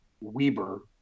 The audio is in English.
Weber